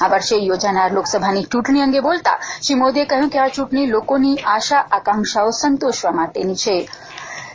આ વર્ષે યોજાનારી લોકસભાની ચૂંટણી અંગે બોલતા શ્રી મોદીએ કહ્યું કે આ ચૂંટણી લોકોની આશા આકાંક્ષાઓ સંતોષવા માટેની હશે